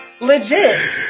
Legit